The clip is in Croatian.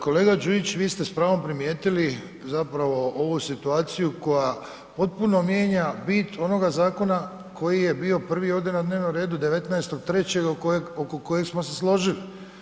Kolega Đujić vi ste s pravom primijetili zapravo ovu situaciju koja potpuno mijenja bit onoga zakona koji je bio prvi ovdje na dnevnom redu 19.3. oko kojeg smo se složili.